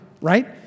Right